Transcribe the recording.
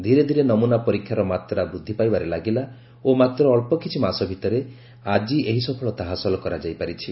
ଧୀରେ ଧୀରେ ନମ୍ରନା ପରୀକ୍ଷାର ମାତ୍ରା ବୃଦ୍ଧି ପାଇବାରେ ଲାଗିଲା ଓ ମାତ୍ର ଅକ୍ଷ କିଛି ମାସ ଭିତରେ ଆଜି ଏହି ସଫଳତା ହାସଲ କରାଯାଇ ପାରିଛି